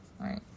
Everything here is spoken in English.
right